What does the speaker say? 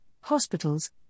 hospitals